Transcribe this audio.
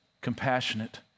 compassionate